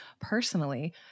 personally